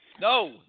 No